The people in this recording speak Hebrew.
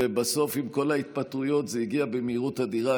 ובסוף, עם כל ההתפטרויות, זה הגיע במהירות אדירה.